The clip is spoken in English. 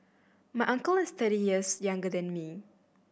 my uncle is thirty years younger than me